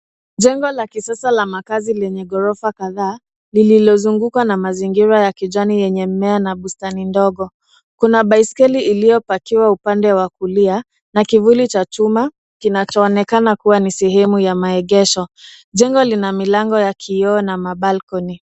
Jengo la kisasa la makazi lenye ghorofa kadhaa lililozunguka na mazingira ya kijani yenye mimea na bustani ndogo. Kuna baisikeli iliyopakiwa upande wa kulia na kivuli cha chuma kinachoonekana kuwa ni sehemu ya maegesho. Jengo lina milango ya kioo na mabalcony .